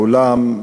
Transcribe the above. מהעולם,